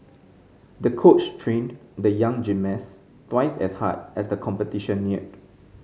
the coach trained the young gymnast twice as hard as the competition neared